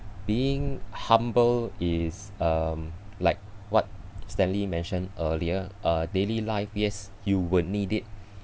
being humble is um like what stanley mentioned earlier uh daily life yes you will need it